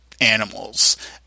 animals